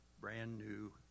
brand-new